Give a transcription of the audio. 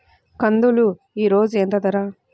కందులు ఈరోజు ఎంత ధర?